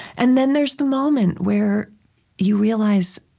and then there's the moment where you realize,